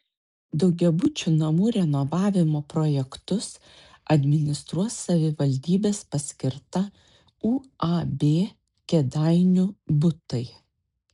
daugiabučių namų renovavimo projektus administruos savivaldybės paskirta uab kėdainių butai